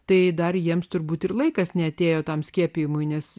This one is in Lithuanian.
tai dar jiems turbūt ir laikas neatėjo tam skiepijimui nes